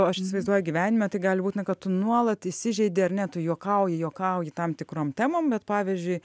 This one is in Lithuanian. aš įsivaizduoju gyvenime tai gali būt na kad tu nuolat įsižeidi ar ne tu juokauji juokauji tam tikrom temom bet pavyzdžiui